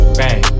bang